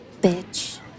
bitch